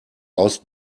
aus